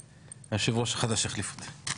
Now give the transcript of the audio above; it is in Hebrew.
והיושב ראש החדש יחליף אותי.